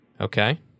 Okay